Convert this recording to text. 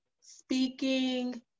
speaking